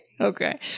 Okay